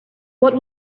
what